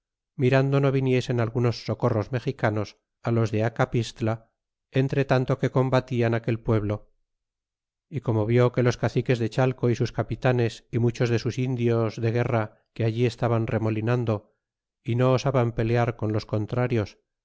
mirando no viniesen algunos socorros mexicanos los de acapistla entretanto que combatian aquel pueblo y como vió que los caciques de chalco y sus capitanes y muchos de sus indios de guerra que allí estaban remolinando y no osaban pelear con los contrarios